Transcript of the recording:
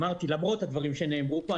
אמרתי: למרות הדברים שנאמרו פה,